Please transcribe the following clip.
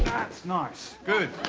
nice. good.